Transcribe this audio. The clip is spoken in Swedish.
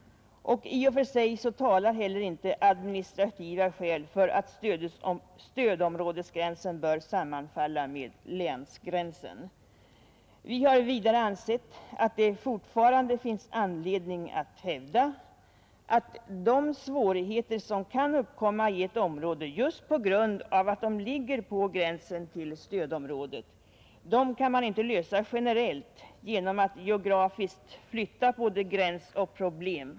I och för sig talar inte heller administrativa skäl för att stödområdesgränsen bör sammanfalla med länsgränsen. Vi har vidare ansett att det fortfarande finns anledning att hävda att de svårigheter som kan uppkomma i ett område just på grund av att det ligger på gränsen till stödområdet inte kan lösas generellt genom att man geografiskt flyttar både gräns och problem.